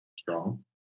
Strong